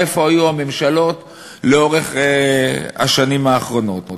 או איפה היו הממשלות לאורך השנים האחרונות?